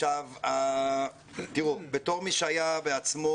בתור מי שהיה בעצמו,